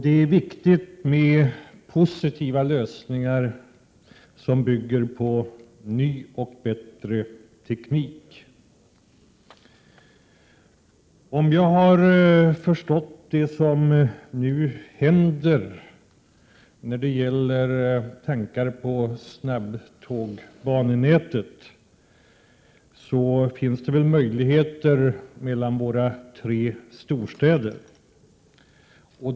Det är viktigt att finna positiva lösningar som bygger på ny och bättre teknik. Om jag har förstått det som nu händer när det gäller bannätet för snabbtåg, så torde det finnas möjligheter för sådana järnvägsförbindelser mellan våra tre storstäder.